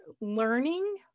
learning